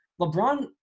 LeBron